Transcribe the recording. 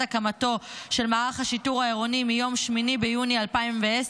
הקמתו של מערך השיטור העירוני מיום 8 ביוני 2010,